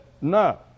No